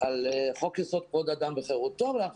על חוק יסוד כבוד האדם וחירותו ואנחנו